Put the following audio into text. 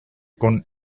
con